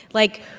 like,